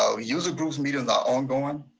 so user group's meetings are ongoing.